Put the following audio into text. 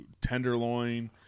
tenderloin